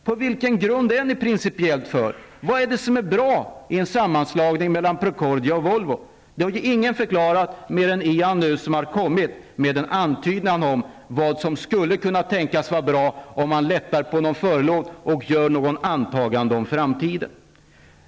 På vilken grund är ni principiellt för affären? Vad är det som är bra i en sammantagning mellan Procordia och Volvo? Detta har ju ingen förklarat, annat än Ian Wachtmeister som kommit med en antydan om vad som skulle kunna tänkas vara bra, om man lättar på någon förlåt och gör något antagande om framtiden.